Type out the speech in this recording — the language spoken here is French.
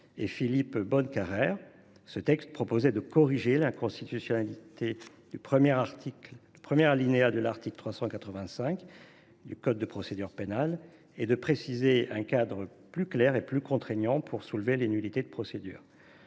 Philippe Bonnecarrère, texte qui proposait de corriger l’inconstitutionnalité du premier alinéa de l’article 385 du code de procédure pénale et de préciser un cadre plus clair et plus contraignant pour soulever les nullités de procédure.